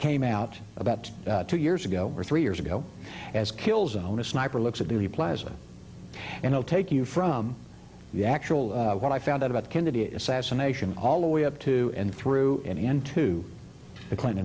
came out about two years ago or three years ago as kill zone a sniper looks at the plaza and i'll take you from the actual what i found out about kennedy assassination all the way up to and through and into the clinton